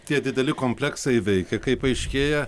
tie dideli kompleksai veikia kaip paaiškėja